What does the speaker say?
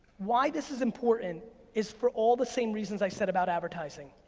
why this is important is for all the same reasons i said about advertising.